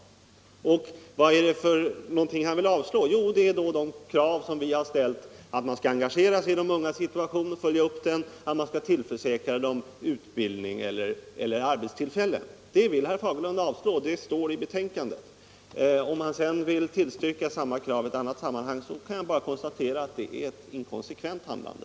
Och vad är det herr Fagerlund yrkar avslag på? Jo, det är de krav som vi har ställt att man skall engagera sig i de ungas situation och följa upp den, att man skall tillförsäkra de unga utbildning eller arbetstillfällen. Det vill herr Fagerlund avslå. Och om han sedan vill tillstyrka samma krav i annat sammanhang, så kan jag bara konstatera att det är ett inkonsekvent handlande.